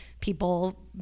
people